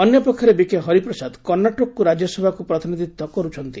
ଅନ୍ୟପକ୍ଷରେ ବିକେ ହରିପ୍ରସାଦ କର୍ଷ୍ଣାଟକକୁ ରାଜ୍ୟସଭାକୁ ପ୍ରତିନିଧିତ୍ୱ କରୁଛନ୍ତି